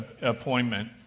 appointment